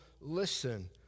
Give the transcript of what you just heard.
listen